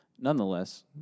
Nonetheless